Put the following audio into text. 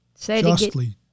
Justly